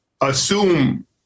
assume